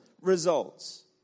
results